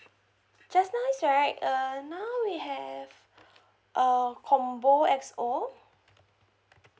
just nice right uh now we have uh combo X_O